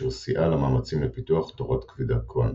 אשר סייעה למאמצים לפיתוח תורת כבידה קוונטית.